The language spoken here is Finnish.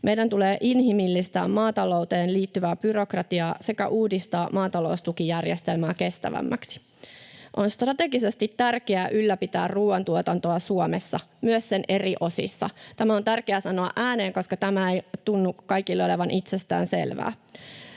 Meidän tulee inhimillistää maatalouteen liittyvää byrokratiaa sekä uudistaa maataloustukijärjestelmää kestävämmäksi. On strategisesti tärkeää ylläpitää ruoantuotantoa Suomessa, myös sen eri osissa. Tämä on tärkeää sanoa ääneen, koska tämä ei tunnu kaikille olevan itsestään selvää.